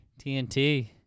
tnt